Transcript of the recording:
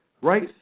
right